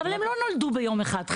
אבל הם לא נולדו ביום אחד.